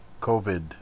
COVID